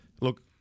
Look